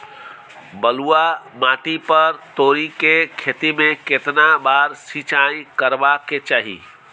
बलुआ माटी पर तोरी के खेती में केतना बार सिंचाई करबा के चाही?